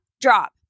drop